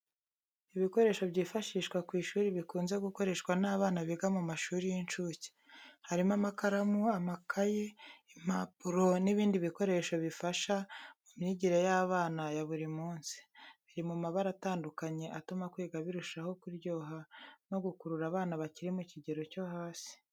Ibikoresho byifashishwa ku ishuri bikunze gukoreshwa n’abana biga mu mashuri y'incuke. Harimo amakaramu, amakaye, impapuro, n’ibindi bikoresho bifasha mu myigire y’abana ya buri munsi. Biri mu mabara atandukanye atuma kwiga birushaho kuryoha no gukurura abana bakiri mu kigero cyo hasi.